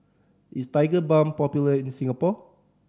is Tigerbalm popular in Singapore